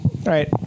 right